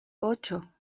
ocho